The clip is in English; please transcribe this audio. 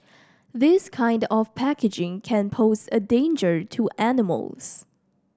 this kind of packaging can pose a danger to animals